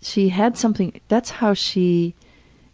she had something that's how she